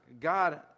God